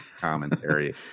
commentary